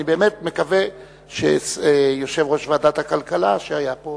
אני באמת מקווה שיושב-ראש ועדת הכלכלה שהיה פה,